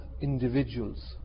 individuals